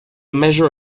measure